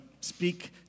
speak